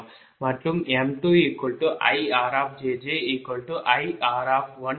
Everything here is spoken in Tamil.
மற்றும் m2IRjjIR12 வலது